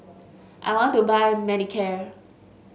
I want to buy Manicare